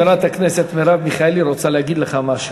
אראל, חברת הכנסת מרב מיכאלי רוצה להגיד לך משהו.